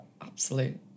absolute